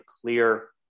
clear